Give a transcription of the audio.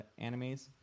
animes